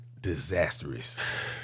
disastrous